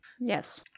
Yes